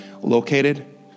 located